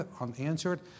unanswered